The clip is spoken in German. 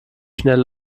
schnell